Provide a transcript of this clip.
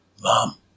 Mom